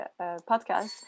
podcast